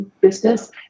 business